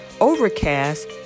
Overcast